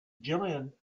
jillian